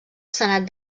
senat